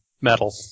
Metal